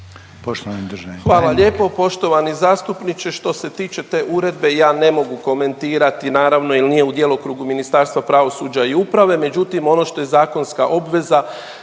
Poštovani državni